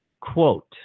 quote